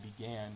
began